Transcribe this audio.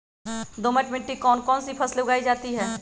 दोमट मिट्टी कौन कौन सी फसलें उगाई जाती है?